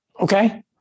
Okay